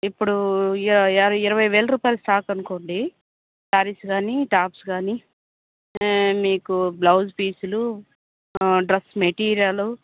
ఇప్పుడు ఇరవై వేల రూపాయల స్టాక్ అనుకోండి శారీస్ కానీ టాప్స్ కానీ మీకు బ్లౌజ్ పీసులు డ్రెస్ మెటీరియలు